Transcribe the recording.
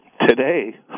Today